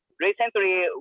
Recently